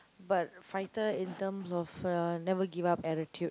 but fighter in terms of uh never give up attitude